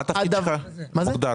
מה התפקיד שלך המוגדר?